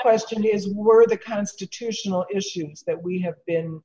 question is were the constitutional issues that we have been